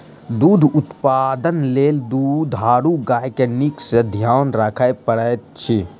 दूध उत्पादन लेल दुधारू गाय के नीक सॅ ध्यान राखय पड़ैत अछि